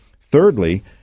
Thirdly